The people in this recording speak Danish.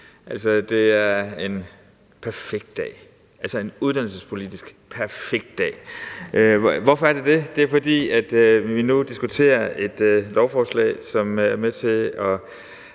Det er en perfekt dag, altså en uddannelsespolitisk perfekt dag. Hvorfor er det det? Det er det, fordi vi nu diskuterer et lovforslag, som er med til at